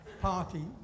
party